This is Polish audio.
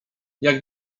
jak